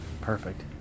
Perfect